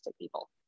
people